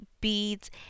beads